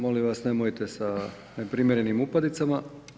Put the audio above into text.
Molim vas nemojte sa neprimjerenim upadicama.